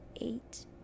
eight